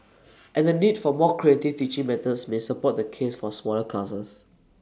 and the need for more creative teaching methods may support the case for smaller classes